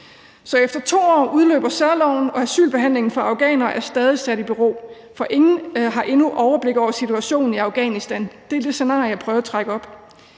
Efter 2 år udløber særloven, og asylbehandlingen for afghanere er stadig sat i bero, for ingen har endnu et overblik over situationen i Afghanistan. Det er det scenarie, jeg prøver at opstille.